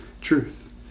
truth